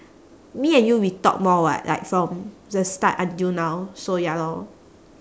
me and you we talk more [what] like from the start until now so ya lor